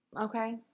Okay